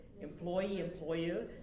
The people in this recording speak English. employee-employer